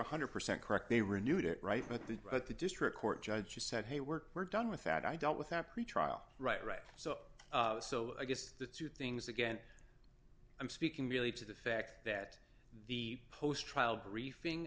hundred percent correct they renewed it right but the at the district court judge she said hey we're we're done with that i dealt with that pretrial right right so so i guess the two things again i'm speaking really to the fact that the post trial briefing